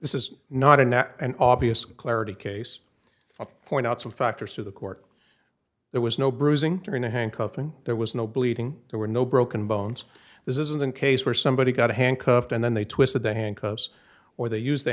this is not an obvious clarity case but point out some factors to the court there was no bruising or no handcuffing there was no bleeding there were no broken bones this isn't a case where somebody got a handcuffed and then they twisted the handcuffs or they used the